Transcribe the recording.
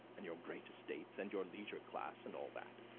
and your great estates, and your leisure class, and all that.